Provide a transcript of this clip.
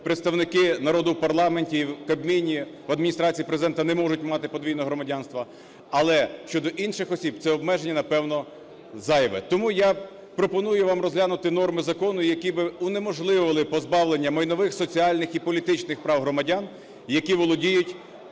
представники народу в парламенті, в Кабміні, в Адміністрації Президента не можуть мати подвійного громадянства. Але щодо інших осіб це обмеження, напевно, зайве. Тому я пропоную вам розглянути норми закону, які б унеможливили позбавлення майнових, соціальних і політичних прав громадян, які володіють